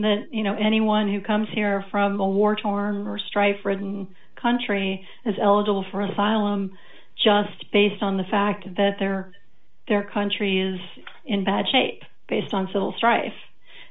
and then you know anyone who comes here from a war torn restrikes ridden country is eligible for asylum just based on the fact that their their country is in bad shape based on civil strife